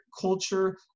culture